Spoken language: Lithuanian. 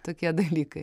tokie dalykai